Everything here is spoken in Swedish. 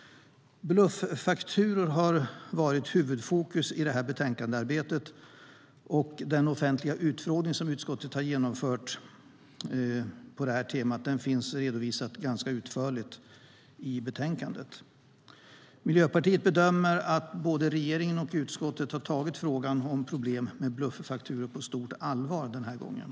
Bluffakturor har varit huvudfokus i detta betänkandearbete, och den offentliga utfrågning som utskottet har genomfört på det temat finns ganska utförligt redovisad i betänkandet. Miljöpartiet bedömer att både regeringen och utskottet har tagit frågan om problem med bluffakturor på stort allvar den här gången.